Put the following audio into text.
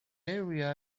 area